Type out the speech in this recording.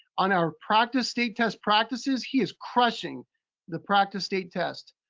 on our practice state test practices, he is crushing the practice state test